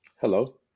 hello